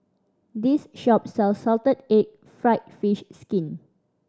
this shop sells salted egg fried fish skin